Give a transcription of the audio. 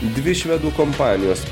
dvi švedų kompanijos